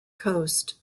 coast